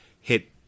hit